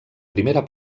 primera